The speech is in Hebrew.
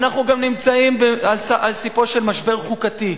אנחנו גם נמצאים על ספו של משבר חוקתי.